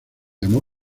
llamó